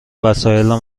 وسایلم